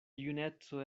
juneco